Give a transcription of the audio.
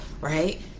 right